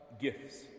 gifts